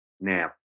now